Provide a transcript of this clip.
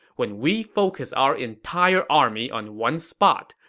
when we focus our entire army on one spot,